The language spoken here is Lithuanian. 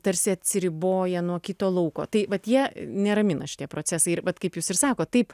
tarsi atsiriboja nuo kito lauko tai vat jie neramina šitie procesai ir vat kaip jūs ir sakot taip